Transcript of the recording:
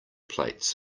plates